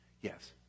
Yes